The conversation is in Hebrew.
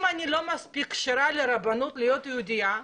אם אני לא מספיק כשרה לרבנות להיות יהודייה,